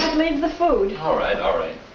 leave the food. all right. all right.